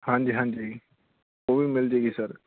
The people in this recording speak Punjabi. ਹਾਂਜੀ ਹਾਂਜੀ ਉਹ ਵੀ ਮਿਲ ਜਾਵੇਗੀ ਸਰ